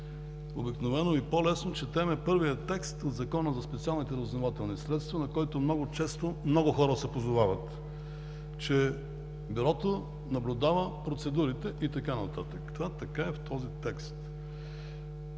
Обикновено и по-лесно – четем първия текст от Закона за специалните разузнавателни средства, на който много често много хора се позовават, че Бюрото наблюдава процедурите и така нататък: това е така в този текст.